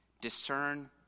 Discern